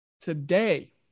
Today